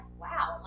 wow